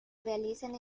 realizan